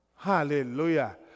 Hallelujah